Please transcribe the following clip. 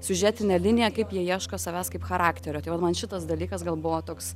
siužetinę liniją kaip jie ieško savęs kaip charakterio tai vat man šitas dalykas gal buvo toks